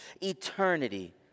eternity